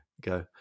go